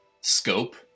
scope